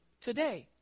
today